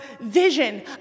vision